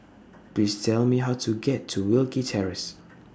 Please Tell Me How to get to Wilkie Terrace